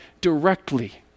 directly